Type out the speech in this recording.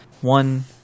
one